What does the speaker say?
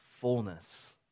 fullness